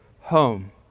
home